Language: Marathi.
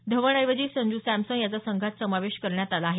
धवन ऐवजी संजू सॅमसन याचा संघात समावेश करण्यात आला आहे